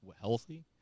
healthy